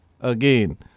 Again